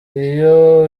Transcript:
iyo